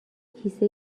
کیسه